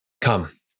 Come